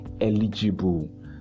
eligible